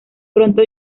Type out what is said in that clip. pronto